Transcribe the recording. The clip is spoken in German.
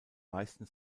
meisten